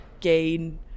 gain